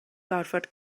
gorfod